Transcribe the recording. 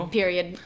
period